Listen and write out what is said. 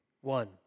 One